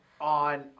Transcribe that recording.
on